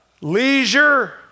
leisure